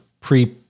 pre